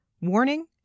warning